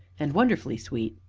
and wonderfully sweet.